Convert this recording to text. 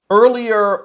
earlier